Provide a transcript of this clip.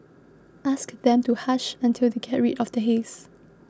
ask them to hush until they get rid of the haze